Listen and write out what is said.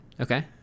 Okay